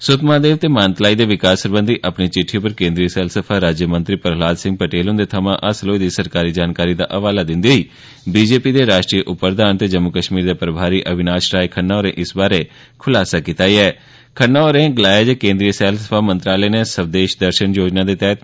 सुद्धमहादेव ते मानतलाई दे विकास सरबंघी अपनी विट्ठी पर केन्द्री सैलसफा राज्यमंत्री प्रहलाद सिंह पटेल हुंदे थमां हासल होई दी सरकारी जानकारी दा हवाला दिंदे होई बीजेपी दे राष्ट्री उप प्रघान ते जम्मू कश्मीर दे प्रभारी अविनाश राय खन्ना होरें इस बारै खुलासा कीता खन्ना हारें गलाया जे केन्द्री सैलसफा मंत्रालय नै 'स्वदेश दर्शन' योजना दे तैह्त ऐ